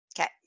Okay